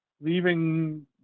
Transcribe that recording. leaving